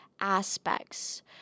aspects